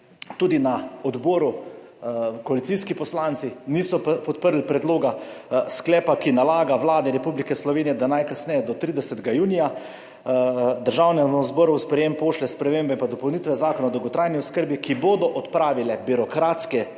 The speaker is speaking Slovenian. tudi na odboru koalicijski poslanci niso podprli predloga sklepa, ki nalaga Vladi Republike Slovenije, da najkasneje do 30. junija Državnemu zboru v sprejem pošlje spremembe in dopolnitve Zakona o dolgotrajni oskrbi, ki bodo odpravile birokratske